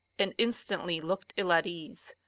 and instantly looked ill at ease.